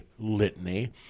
Litany